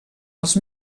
els